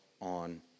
on